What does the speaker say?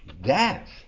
death